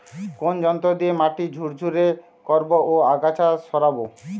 কোন যন্ত্র দিয়ে মাটি ঝুরঝুরে করব ও আগাছা সরাবো?